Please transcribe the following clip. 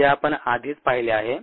जे आपण आधीच पाहिले आहे